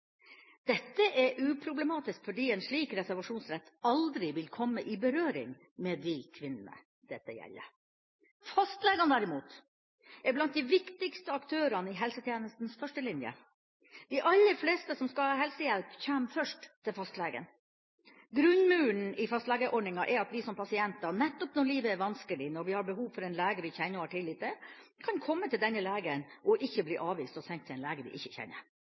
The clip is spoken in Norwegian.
Dette er uproblematisk fordi en slik reservasjonsrett aldri vil komme i berøring med de kvinnene dette gjelder. Fastlegene derimot, er blant de viktigste aktørene i helsetjenestens førstelinje. De aller fleste som skal ha helsehjelp, kommer først til fastlegen. Grunnmuren i fastlegeordninga er at vi som pasienter – nettopp når livet er vanskelig, når vi har behov for en lege vi kjenner og har tillit til – kan komme til denne legen og ikke bli avvist og sendt til en lege vi ikke kjenner.